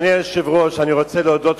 נאפשר לחבר הכנסת נסים זאב זמן קצר להודות,